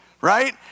right